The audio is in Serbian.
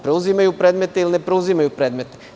Preuzimaju predmete, ili ne preuzimaju predmete?